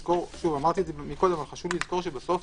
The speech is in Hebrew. שוב, אמרתי את זה קודם, שחשוב לזכור שבסוף